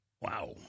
Wow